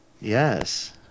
yes